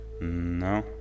No